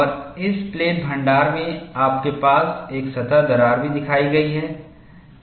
और इस प्लेट भण्डार में आपके पास एक सतह दरार भी दिखाई गई है